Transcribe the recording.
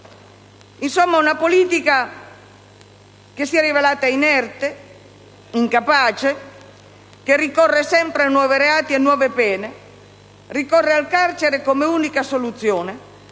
Insomma, una politica che si è rivelata inerte, incapace, che ricorre sempre a nuovi reati e nuove pene: ricorre al carcere come unica soluzione,